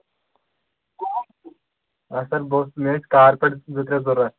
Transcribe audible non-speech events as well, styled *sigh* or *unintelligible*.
*unintelligible* آ سَر بہٕ اوسُس مےٚ ٲسۍ کارپٮ۪ٹ زٕ ترٛےٚ ضوٚرَتھ